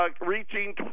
reaching